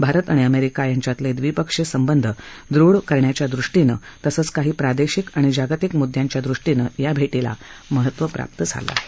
भारत आणि अमेरिका यांच्यातले द्विपक्षीय संबंध दृढ करण्याच्या दृष्टीनं तसंच काही प्रादेशिक आणि जागतिक मुद्दयांच्या दृष्टीनं या भेशीला महत्त्व प्राप्त झालं आहे